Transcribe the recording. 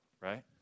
right